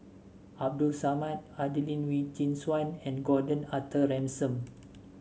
Abdul Samad Adelene Wee Chin Suan and Gordon Arthur Ransome